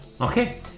Okay